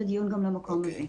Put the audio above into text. להרחיב את הדיון גם למקום הזה.